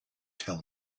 tell